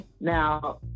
Now